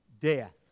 death